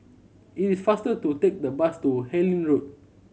it is faster to take the bus to Harlyn Road